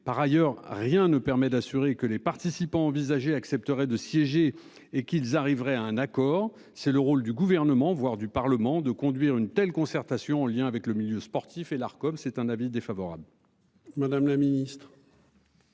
Par ailleurs, rien ne permet d'assurer que les participants. Accepteraient de siéger et qu'ils arriveraient à un accord, c'est le rôle du gouvernement, voire du Parlement de conduire une telle concertation en lien avec le milieu sportif et l'Arcom. C'est un avis défavorable. Madame la Ministre.